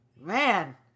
Man